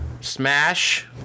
Smash